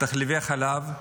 תחליפי חלב,